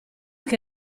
che